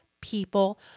people